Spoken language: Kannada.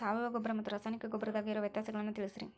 ಸಾವಯವ ಗೊಬ್ಬರ ಮತ್ತ ರಾಸಾಯನಿಕ ಗೊಬ್ಬರದಾಗ ಇರೋ ವ್ಯತ್ಯಾಸಗಳನ್ನ ತಿಳಸ್ರಿ